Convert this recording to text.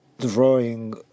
drawing